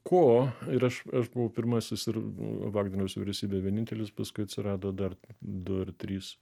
ko ir aš aš buvau pirmasis ir vagnoriaus vyriausybėj vienintelis paskui atsirado dar du ar trys